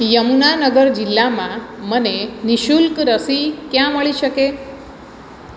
યમુનાનગર જિલ્લામાં મને નિઃશુલ્ક રસી ક્યાં મળી શકે